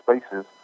spaces